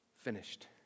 finished